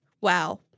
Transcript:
Wow